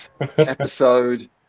episode